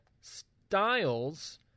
Styles